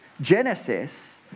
Genesis